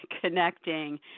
connecting